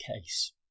case